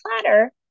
platter